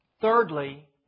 Thirdly